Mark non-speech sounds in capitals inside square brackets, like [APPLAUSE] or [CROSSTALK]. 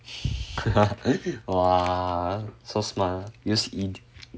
[LAUGHS] !wah! so smart ah use idiom